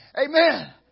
Amen